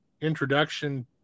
introduction